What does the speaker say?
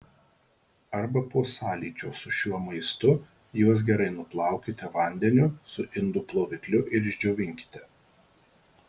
arba po sąlyčio su šiuo maistu juos gerai nuplaukite vandeniu su indų plovikliu ir išdžiovinkite